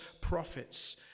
prophets